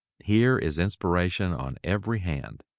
here is inspiration on every hand.